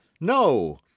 no